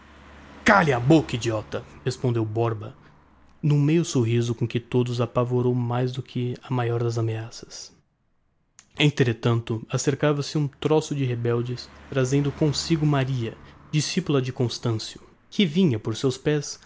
cale a bôcca idiota respondeu-lhe o borba n'um meio sorriso que a todos apavorou mais do que a maior das ameaças entretanto acercava se um troço de rebeldes trazendo comsigo maria discipula de constancio que vinha por seus pés